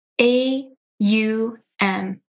A-U-M